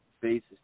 basis